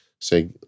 say